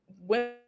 women